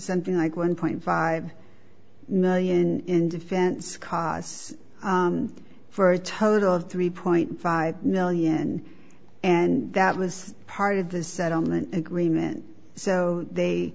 something like one point five million in defense costs for a total of three point five million and that was part of the settlement agreement so they